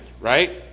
right